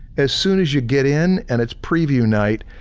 as soon as you get in and it's preview night,